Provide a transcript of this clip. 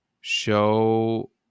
show